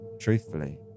Truthfully